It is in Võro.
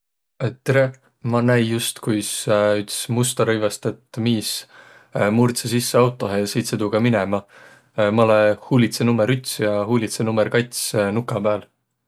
Et tereq! Ma näi just, ku üts musta rõivstõt miis murdsõ sisse autohe ja sõitsõ tuuga minemä. Ma olõ huulidsa nummõr üts ja huulidsa nummõr kats nuka pääl.